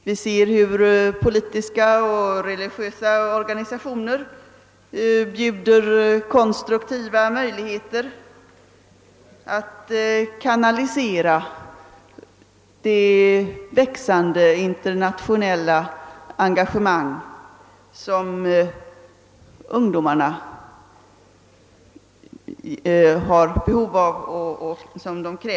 Vi ser hur politiska och religiösa organisationer bjuder konstruktiva möjligheter att kanalisera ungdomarnas växande internationella engagemang.